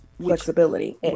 flexibility